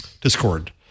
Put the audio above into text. Discord